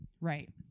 right